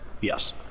Yes